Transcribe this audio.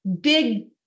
big